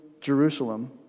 Jerusalem